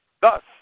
Thus